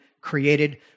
created